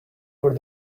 for